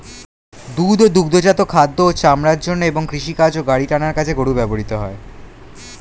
দুধ ও দুগ্ধজাত খাদ্য ও চামড়ার জন্য এবং কৃষিকাজ ও গাড়ি টানার কাজে গরু ব্যবহৃত হয়